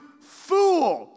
fool